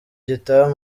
gitaha